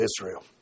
Israel